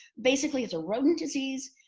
basically it's a rodent disease.